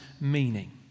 meaning